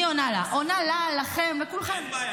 אני עונה לה, לכם, לכולכם.